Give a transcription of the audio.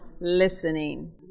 listening